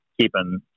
keeping